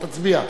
תצביע.